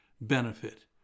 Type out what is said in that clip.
benefit